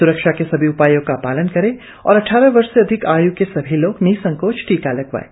स्रक्षा के सभी उपायों का पालन करें और अद्वारह वर्ष से अधिक आय् के सभी लोग निसंकोच टीका लगवाएं